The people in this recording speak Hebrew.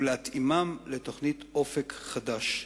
ולהתאימם לתוכנית "אופק חדש".